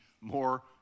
more